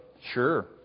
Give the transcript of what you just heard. Sure